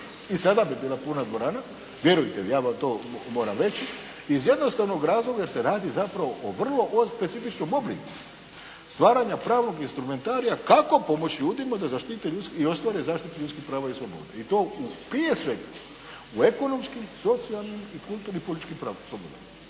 i sada bi bila puna dvorana, vjerujte mi ja vam to moram reći iz jednostavnog razloga jer se radi zapravo o vrlo specifičnom obliku stvaranja pravnog instrumentarija kako pomoći ljudima da zaštite i ostvare zaštitu ljudskih prava i sloboda i to prije svega u ekonomskim, socijalnim i kulturnim i političkim slobodama.